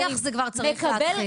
אז בשיח זה כבר צריך להתחיל.